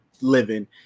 living